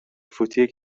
فوتی